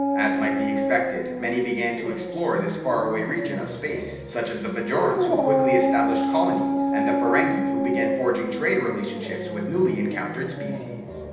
as might be expected many began to explore this far away region of space, such as the bajorans who quickly established colonies and the ferengi who began forging trade relationships with newly encountered species.